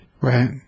Right